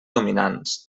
dominants